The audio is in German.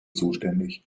zuständig